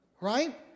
right